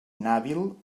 inhàbil